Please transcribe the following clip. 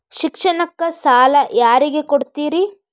ಶಿಕ್ಷಣಕ್ಕ ಸಾಲ ಯಾರಿಗೆ ಕೊಡ್ತೇರಿ?